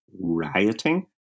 rioting